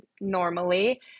normally